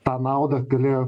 tą naudą galėjo